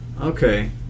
Okay